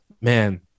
man